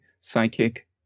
psychic